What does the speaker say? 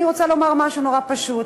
אני רוצה לומר משהו נורא פשוט.